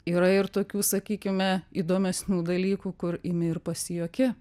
yra ir tokių sakykime įdomesnių dalykų kur imi ir pasijuoki